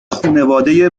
خونواده